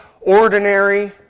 ordinary